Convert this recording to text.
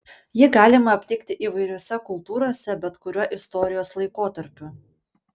jį galima aptikti įvairiose kultūrose bet kuriuo istorijos laikotarpiu